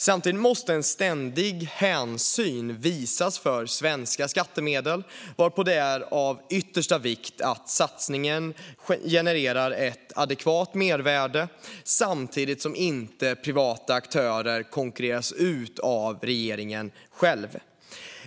Samtidigt måste en ständig hänsyn visas till svenska skattemedel, varpå det är av yttersta vikt att satsningen genererar ett adekvat mervärde samtidigt som privata aktörer inte konkurreras ut av regeringen själv.